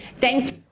Thanks